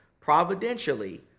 Providentially